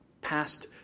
Past